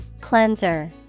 Cleanser